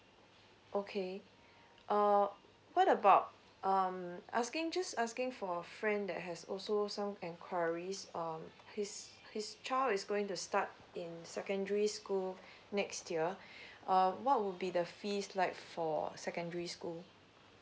okay err what about um asking just asking for a friend that has also some enquiries um his his child is going to start in secondary school next year uh what would be the fees like for secondary school